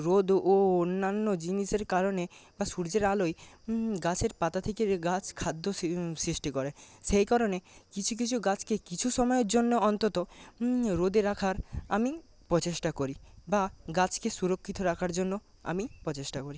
রোদ ও অন্যান্য জিনিসের কারণে বা সূর্যের আলোয় গাছের পাতা থেকে গাছ খাদ্য সৃষ্টি করে সেই কারণে কিছু কিছু গাছকে কিছু সময়ের জন্য অন্তত রোদে রাখার আমি প্রচেষ্টা করি বা গাছকে সুরক্ষিত রাখার জন্য আমি প্রচেষ্টা করি